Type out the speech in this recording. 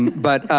but,